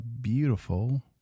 beautiful